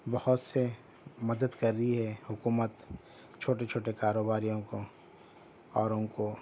بہت سے مدد کر رہی ہے حکومت چھوٹے چھوٹے کاروباریوں کو اوروں کو